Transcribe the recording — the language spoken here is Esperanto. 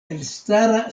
elstara